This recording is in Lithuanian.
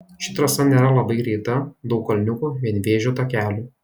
ši trasa nėra labai greita daug kalniukų vienvėžių takelių